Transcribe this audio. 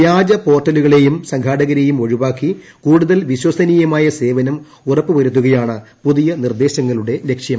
വ്യാജ പോർട്ടലുകളേയും സംഘാടകരേയും ഒഴിവാക്കി കൂടുതൽ വിശ്വസനീയമായ സേവനം ഉറപ്പു വരുത്തുകയാണ് പുതിയ നിർദ്ദേശങ്ങളുടെ ലക്ഷ്യം